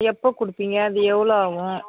எப்போ கொடுப்பீங்க அது எவ்வளோ ஆகும்